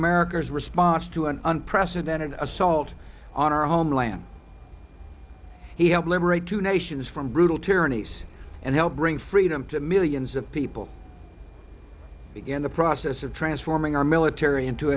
america's response to an unprecedented assault on our homeland he helped liberate two nations from brutal tyrannies and helped bring freedom to millions of people begin the process of transforming our military into